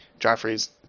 Joffrey's